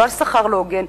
לא על שכר לא הוגן,